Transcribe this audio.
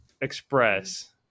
Express